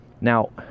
Now